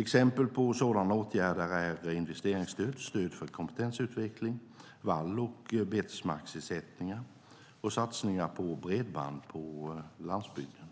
Exempel på sådana åtgärder är investeringsstöd, stöd för kompetensutveckling, vall och betesmarksersättningar och satsningar på bredband på landsbygden.